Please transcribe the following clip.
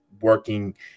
working